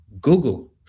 Google